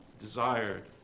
desired